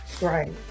Right